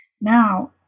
Now